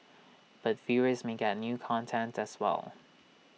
but viewers may get new content as well